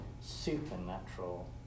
supernatural